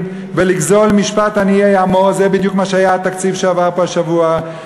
ולגזל משפט עניי עמו" זה בדיוק מה שהיה התקציב שעבר פה השבוע,